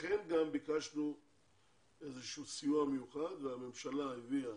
לכן גם ביקשנו סיוע מיוחד והממשלה הביאה,